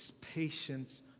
patience